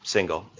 single,